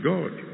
God